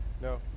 No